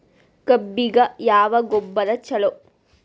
ಕಬ್ಬಿಗ ಯಾವ ಗೊಬ್ಬರ ಛಲೋ?